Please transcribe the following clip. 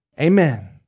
Amen